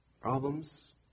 problems